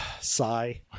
sigh